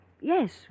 Yes